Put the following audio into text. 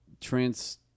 trans